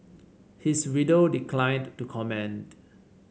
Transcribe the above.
his widow declined to comment